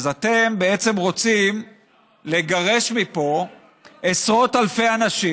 אז אתם בעצם רוצים לגרש מפה עשרות אלפי אנשים.